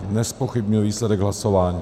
Nezpochybňuji výsledek hlasování.